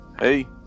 Hey